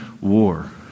war